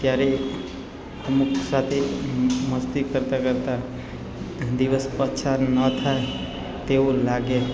ત્યારે અમુક સાથે મસ્તી કરતાં કરતાં દિવસ પસાર ન થાય તેવું લાગે